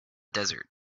desert